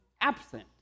absent